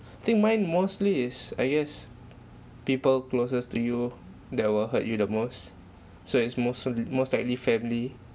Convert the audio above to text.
I think mine mostly is I guess people closest to you that will hurt you the most so it's most probably most likely family